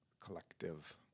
collective